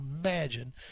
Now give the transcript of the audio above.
imagine